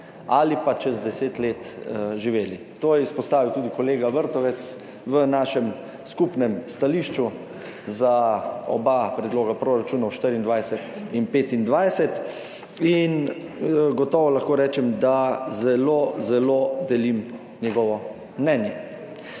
ali pa čez 10 let živeli. To je izpostavil tudi kolega Vrtovec v našem skupnem stališču za oba predloga proračunov, 2024 in 2025. Gotovo lahko rečem, da zelo zelo delim njegovo mnenje.